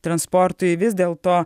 transportui vis dėl to